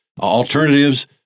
alternatives